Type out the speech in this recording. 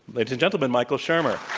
ladies and gentlemen, michael shermer.